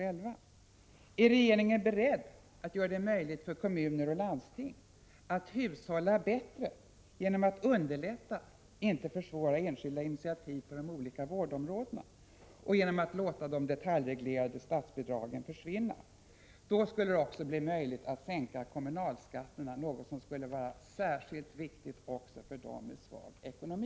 Är regeringen beredd att göra det möjligt för kommuner och landsting att hushålla bättre genom att underlätta — inte försvåra — enskilda initiativ på de olika vårdområdena och genom att låta de detaljreglerade statsbidragen försvinna? Då skulle det också bli möjligt att sänka kommunalskatterna, något som skulle vara särskilt viktigt också för dem som har svag ekonomi.